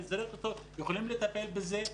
אתם יכולים לטפל בזה,